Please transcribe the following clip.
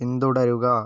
പിന്തുടരുക